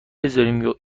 بذارین